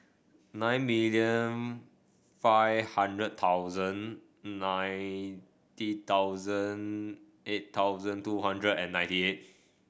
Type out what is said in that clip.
nine million five hundred thousand ninety thousand eight thousand two hundred and ninety eight